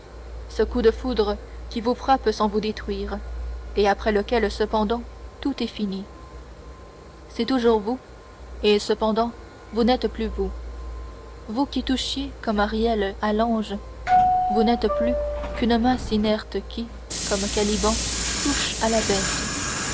ce coup de foudre qui vous frappe sans vous détruire et après lequel cependant tout est fini c'est toujours vous et cependant vous n'êtes plus vous vous qui touchiez comme ariel à l'ange vous n'êtes plus qu'une masse inerte qui comme caliban touche à la bête